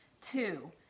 Two